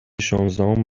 شانزدهم